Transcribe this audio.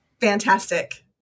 Fantastic